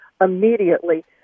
immediately